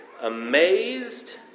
Amazed